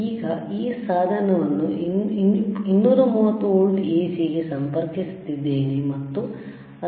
ಈಗ ಈ ಸಾಧನವನ್ನು 230 ವೋಲ್ಟ್ AC ಗೆ ಸಂಪರ್ಕಿಸಿದ್ದೇನೆ ಮತ್ತು ಅದನ್ನು ಆನ್ ಮಾಡುತ್ತಿದ್ದೇನೆ